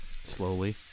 Slowly